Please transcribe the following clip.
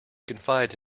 confide